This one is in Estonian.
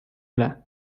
üle